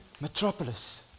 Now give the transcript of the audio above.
Metropolis